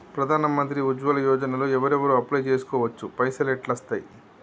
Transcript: ప్రధాన మంత్రి ఉజ్వల్ యోజన లో ఎవరెవరు అప్లయ్ చేస్కోవచ్చు? పైసల్ ఎట్లస్తయి?